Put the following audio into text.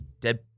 dead